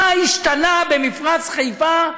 מה השתנה במפרץ חיפה,